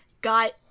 got